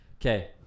Okay